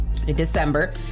December